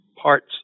parts